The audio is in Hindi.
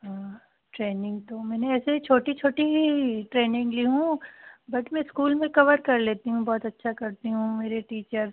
हाँ ट्रेनिंग तो मैंने ऐसी ही छोटी छोटी ही ट्रेनिंग ली हूँ बट मैं स्कूल में कवर कर लेती हूँ बहुत अच्छा करती हूँ मेरे टीचर